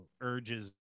urges